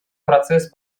процесс